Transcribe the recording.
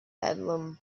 bedlam